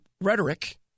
rhetoric